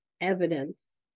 evidence